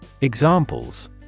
Examples